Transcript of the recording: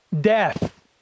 death